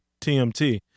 TMT